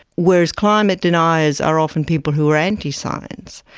whereas climate deniers are often people who are anti-science.